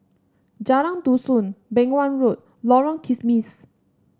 Jalan Dusun Beng Wan Road Lorong Kismis